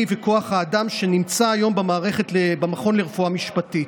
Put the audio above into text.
וכוח האדם שנמצא היום במכון לרפואה משפטית.